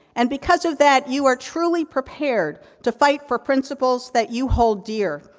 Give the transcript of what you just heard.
and, because of that, you are truly prepared to fight for principles that you hold dear,